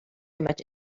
much